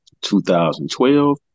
2012